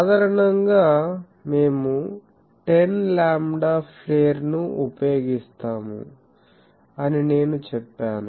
సాధారణంగా మేము 10 లాంబ్డా ప్లేర్ ను ఉపయోగిస్తాము అని నేను చెప్పాను